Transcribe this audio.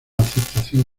aceptación